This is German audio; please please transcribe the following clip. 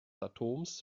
atoms